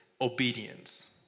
obedience